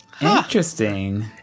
Interesting